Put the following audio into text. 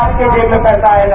आपके जेब में पैसा आएगा